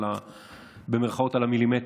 "על המילימטר",